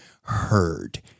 heard